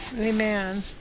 Amen